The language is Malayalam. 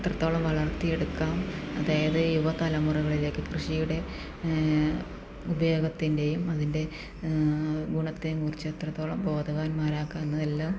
എത്രത്തോളം വളർത്തിയെടുക്കാം അതായത് യുവതലമുറകളിലേക്ക് കൃഷിയുടെ ഉപയോഗത്തിൻ്റെയും അതിൻ്റെ ഗുണത്തേയും കുറിച്ച് എത്രത്തോളം ബോധവാന്മാരാക്കാമെന്ന് എല്ലാം